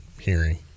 hearing